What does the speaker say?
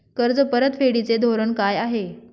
कर्ज परतफेडीचे धोरण काय आहे?